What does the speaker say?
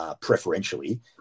Preferentially